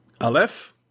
Aleph